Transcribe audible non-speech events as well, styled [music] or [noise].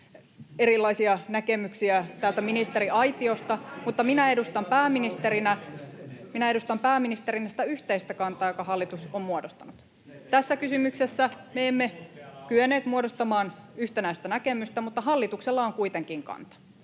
erilaisia näkemyksiä täältä ministeriaitiosta, [noise] mutta minä edustan pääministerinä sitä yhteistä kantaa, jonka hallitus on muodostanut. Tässä kysymyksessä me emme kyenneet muodostamaan yhtenäistä näkemystä, mutta hallituksella on kuitenkin kanta